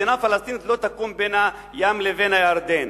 מדינה פלסטינית לא תקום בין הים לבין הירדן,